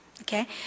Okay